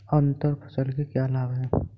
अंतर फसल के क्या लाभ हैं?